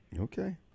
Okay